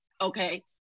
Okay